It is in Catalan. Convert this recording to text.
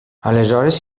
aleshores